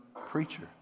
preacher